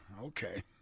Okay